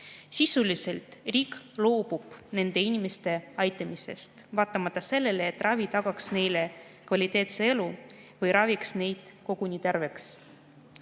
Sisuliselt riik loobub nende inimeste aitamisest, vaatamata sellele, et ravi tagaks neile kvaliteetse elu või raviks neid koguni terveks.